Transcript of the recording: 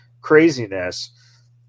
craziness